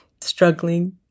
struggling